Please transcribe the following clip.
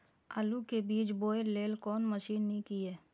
आलु के बीज बोय लेल कोन मशीन नीक ईय?